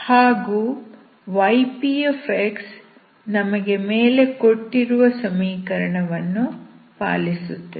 ಹಾಗೂ yp ನಮಗೆ ಮೇಲೆ ಕೊಟ್ಟಿರುವ ಸಮೀಕರಣವನ್ನು ಪಾಲಿಸುತ್ತದೆ